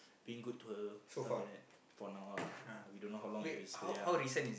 being good to her stuff like that for now lah we don't know how long it's going to stay